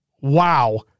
wow